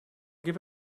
give